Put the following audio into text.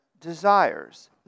desires